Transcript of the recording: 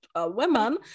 women